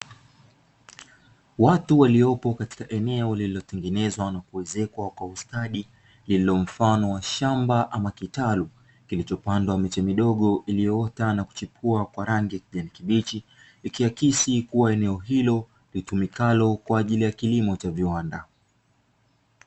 Watu waliopo katika eneo lililotengenezwa na kuezekwa kwa ustadi lililomfano wa shamba ama kitalu, kilichopandwa mishe midogo iliyoota na kustawi kwa rangi ya kijani kibichi; ikiakisi kuwa eneo hilo litumikalo kwa ajili ya kilimo cha viwanda.